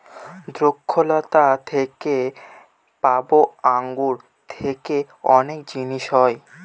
দ্রক্ষলতা থেকে পাবো আঙ্গুর থেকে অনেক জিনিস হয়